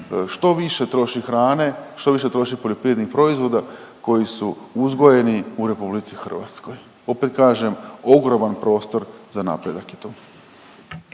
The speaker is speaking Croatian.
što više troši hrane, što više troši poljoprivrednih proizvoda koji su uzgojeni u Republici Hrvatskoj. Opet kažem ogroman prostor za napredak je tu.